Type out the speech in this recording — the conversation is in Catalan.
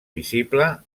visible